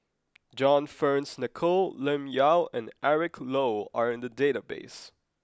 John Fearns Nicoll Lim Yau and Eric Low are in the database